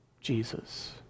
Jesus